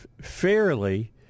fairly